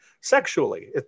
sexually